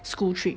school trip